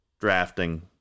drafting